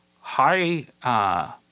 high